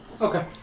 Okay